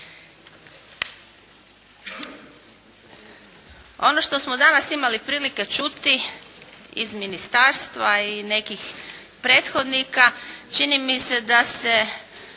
Ono što smo danas imali prilike čuti iz ministarstva i nekih prethodnika, čini mi se da se